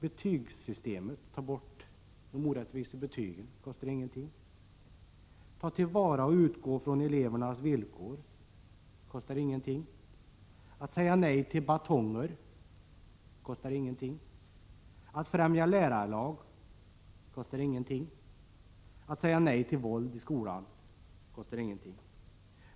Att ta bort de orättvisa betygen kostar ingenting. Att ta till vara och utgå från elevernas villkor kostar ingenting. Att säga nej till batonger kostar ingenting. Att främja lärarlag kostar ingenting. Att säga nej till våld i skolan kostar ingenting.